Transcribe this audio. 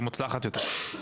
היא מוצלחת יותר.